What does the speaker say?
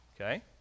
Okay